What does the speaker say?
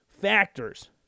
factors